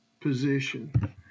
position